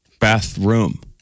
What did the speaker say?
bathroom